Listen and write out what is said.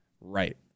Right